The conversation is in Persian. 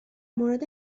مورد